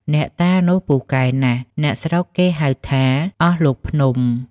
អ្នកតានោះ ពូកែណាស់ អ្នកស្រុកគេហៅថា អស់លោកភ្នំ ។